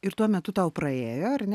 ir tuo metu tau praėjo ar ne